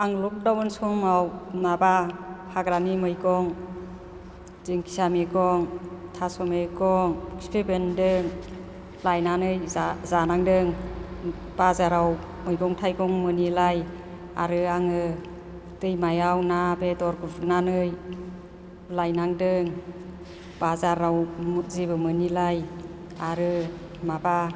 आं लकडाउन समाव माबा हाग्रानि मैगं दिंखिया मैगं थास' मैगं खिफि बेन्दों लायनानै जानांदों बाजाराव मैगं थाइगं मोनिलाय आरो आङो दैमायाव ना बेदर गुरनानै लायनांदों बाजाराव जेबो मोनिलाय आरो माबा